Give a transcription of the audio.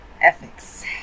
ethics